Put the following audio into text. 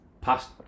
Past